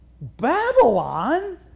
Babylon